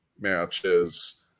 matches